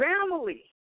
family